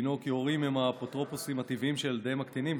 הוא כי הורים הם האפוטרופוסים הטבעיים של ילדיהם הקטינים,